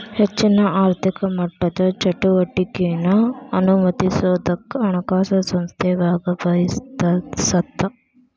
ಹೆಚ್ಚಿನ ಆರ್ಥಿಕ ಮಟ್ಟದ ಚಟುವಟಿಕೆನಾ ಅನುಮತಿಸೋದಕ್ಕ ಹಣಕಾಸು ಸಂಸ್ಥೆ ಭಾಗವಹಿಸತ್ತ